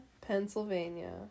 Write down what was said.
Pennsylvania